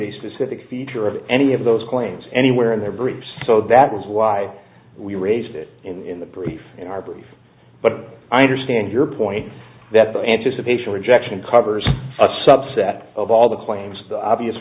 a specific feature of any of those claims anywhere in their briefs so that is why we raised it in the brief in our brief but i understand your point that the anticipation rejection covers a subset of all the claims obvious